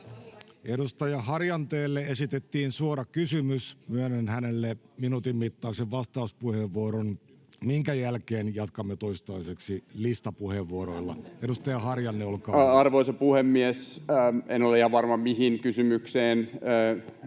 edustaja Harjanteelle esitettiin suora kysymys, myönnän hänelle minuutin mittaisen vastauspuheenvuoron, minkä jälkeen jatkamme toistaiseksi listan puheenvuoroilla. — Edustaja Harjanne, olkaa hyvä. [Speech 13] Speaker: Atte Harjanne